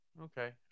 Okay